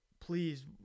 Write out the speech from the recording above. please